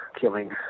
killing